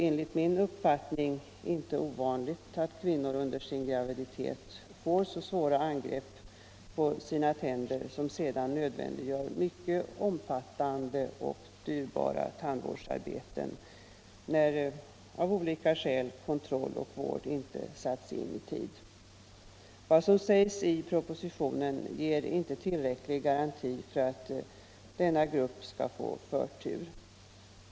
Enligt min uppfattning är det inte ovanligt att kvinnor under sin graviditet får svåra angrepp på sina tänder som sedan nödvändiggör mycket omfattande och dyrbara tandvårdsarbeten, när kontroll och vård av olika skäl inte har satts in i tid. Vad som sägs i propositionen ger inte tillräcklig garanti för att gruppen gravida kvinnor får någon förtur.